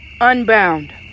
unbound